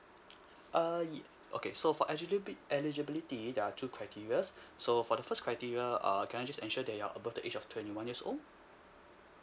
uh y~ okay so for eligibility there are two criteria's so for the first criteria err can I just ensure that you're above the age of twenty one years old